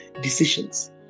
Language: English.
decisions